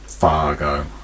Fargo